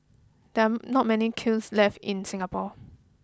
there are not many kilns left in Singapore